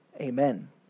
Amen